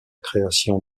création